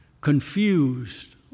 confused